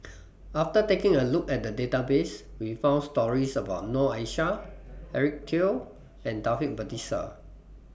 after taking A Look At The Database We found stories about Noor Aishah Eric Teo and Taufik Batisah